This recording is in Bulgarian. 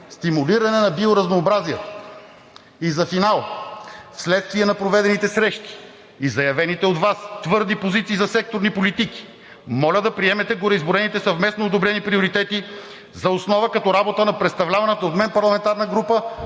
стимулиране на биоразнообразието. И за финал – вследствие на проведените срещи и заявените от Вас твърди позиции за секторните политики, моля да приемете гореизброените съвместно и одобрени приоритети за основа като работа на представляваната от мен парламентарна група,